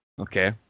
Okay